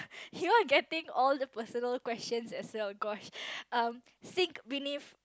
here getting all the personal questions as well gosh um think beneath